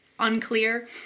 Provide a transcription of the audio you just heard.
Unclear